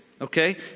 Okay